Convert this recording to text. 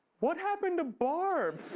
what happened to barb?